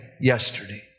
yesterday